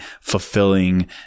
fulfilling